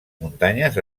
muntanyes